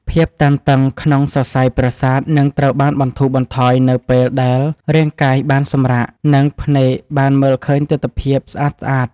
ភាពតានតឹងក្នុងសរសៃប្រសាទនឹងត្រូវបានបន្ធូរបន្ថយនៅពេលដែលរាងកាយបានសម្រាកនិងភ្នែកបានមើលឃើញទិដ្ឋភាពស្អាតៗ។